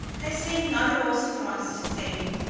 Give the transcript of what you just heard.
they seemed not at all surprised to see me,